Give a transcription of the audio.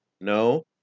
No